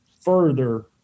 further